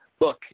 Look